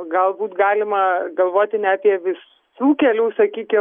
galbūt galima galvoti ne apie visų kelių sakykime pa